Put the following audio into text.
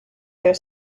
their